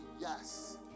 yes